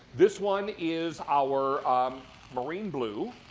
this one is our marine blue.